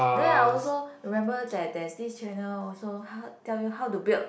then I also remember that there is this channel also how tell you how to build